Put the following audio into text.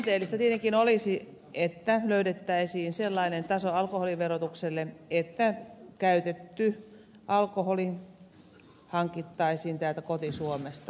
ihanteellista tietenkin olisi että löydettäisiin sellainen taso alkoholiverotukselle että käytetty alkoholi hankittaisiin täältä koti suomesta